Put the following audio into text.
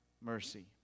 mercy